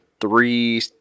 three